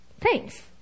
thanks